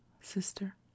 Sister